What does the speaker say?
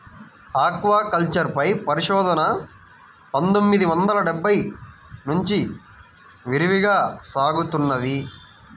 aquaculture పై పరిశోధన పందొమ్మిది వందల డెబ్బై నుంచి విరివిగా సాగుతున్నది